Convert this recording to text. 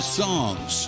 songs